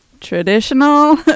traditional